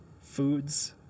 foods